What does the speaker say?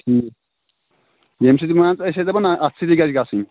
ٹھیٖک ییٚمہِ سۭتۍ مان ژٕ أس ٲسۍ دَپان اَتھٕ سۭتی گژھِ گژھٕنۍ